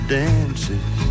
dances